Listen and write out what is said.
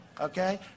Okay